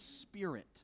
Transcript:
spirit